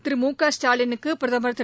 திரு மு க ஸ்டாலினுக்கு பிரதமர் திரு